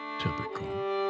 typical